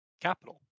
capital